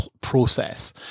process